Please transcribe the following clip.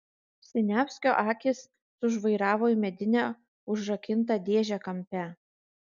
siniavskio akys sužvairavo į medinę užrakintą dėžę kampe